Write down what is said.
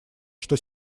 что